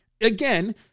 again